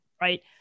Right